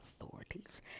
authorities